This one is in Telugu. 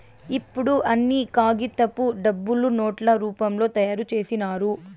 ఇప్పుడు అన్ని కాగితపు డబ్బులు నోట్ల రూపంలో తయారు చేసినారు